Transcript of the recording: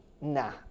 nah